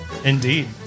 Indeed